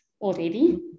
already